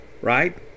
right